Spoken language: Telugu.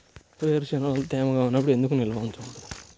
వేరుశనగలు తేమగా ఉన్నప్పుడు ఎందుకు నిల్వ ఉంచకూడదు?